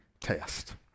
test